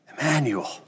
Emmanuel